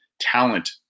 talent